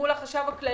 מול החשב הכללי,